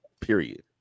Period